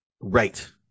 Right